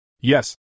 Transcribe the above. Yes